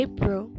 April